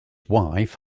wife